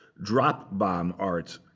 drop bomb art,